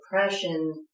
depression